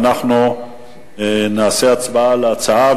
אנחנו נעשה הצבעה על ההצעה,